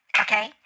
okay